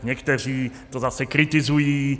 Někteří to zase kritizují.